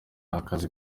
akazi